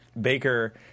Baker